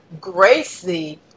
Gracie